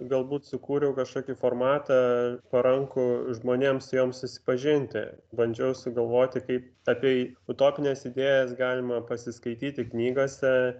galbūt sukūriau kažkokį formatą parankų žmonėms joms susipažinti bandžiau sugalvoti kaip apie utopines idėjas galima pasiskaityti knygose